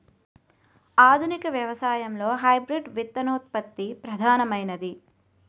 ఆధునిక వ్యవసాయంలో హైబ్రిడ్ విత్తనోత్పత్తి ప్రధానమైనది